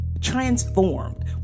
transformed